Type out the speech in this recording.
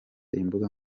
imbuga